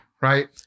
right